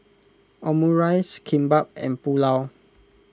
Omurice Kimbap and Pulao